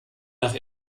nach